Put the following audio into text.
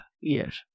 yes